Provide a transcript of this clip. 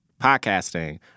podcasting